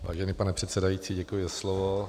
Vážený pane předsedající, děkuji za slovo.